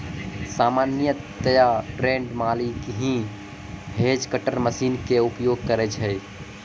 सामान्यतया ट्रेंड माली हीं हेज कटर मशीन के उपयोग करै छै